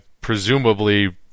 presumably